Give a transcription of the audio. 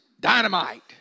dynamite